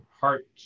heart